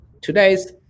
today's